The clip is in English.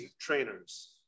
trainers